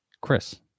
Chris